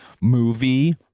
movie